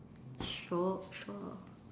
sure sure